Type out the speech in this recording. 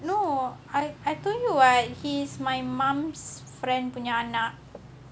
no I I told you [what] he is my mum's friend punya anak